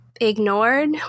ignored